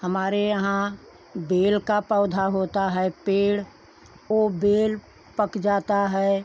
हमारे यहाँ बेल का पौधा होता है पेड़ वह बेल पक जाता है